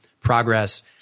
progress